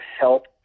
help